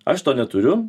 aš to neturiu